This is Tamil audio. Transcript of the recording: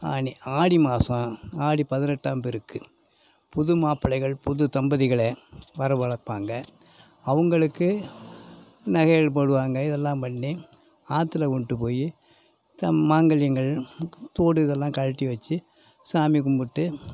ஆனி ஆடி மாதம் ஆடி பதினெட்டாம் பெருக்கு புது மாப்பிள்ளைகள் புது தம்பதிகளை வர வளர்ப்பாங்க அவங்களுக்கு நகைகள் போடுவாங்க இதெல்லாம் பண்ணி ஆற்றுல கொண்ட்டு போய் இந்த மாங்கல்யங்கள் தோடு இதெல்லாம் கழட்டி வச்சு சாமி கும்பிட்டு